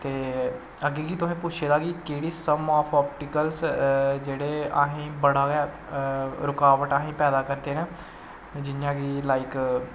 ते अग्गे कि तुसें पुच्छे दा कि केह्ड़ा सम ऑफ अपटिकलस जेह्ड़े असें बड़ा गै रुकावट असें पैदा करदे न जियां कि लाईक